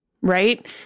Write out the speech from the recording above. right